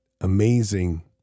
Amazing